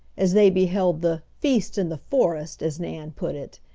as they beheld the feast in the forest, as nan put it.